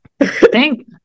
Thank